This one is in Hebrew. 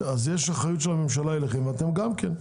יש אחריות של הממשלה אליכם ואתם גם כן,